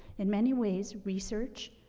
in many ways, research,